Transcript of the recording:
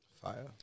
Fire